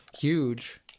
huge